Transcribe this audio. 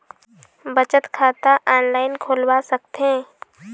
बचत खाता ऑनलाइन खोलवा सकथें?